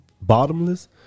bottomless